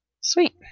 Sweet